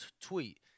tweet